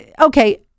Okay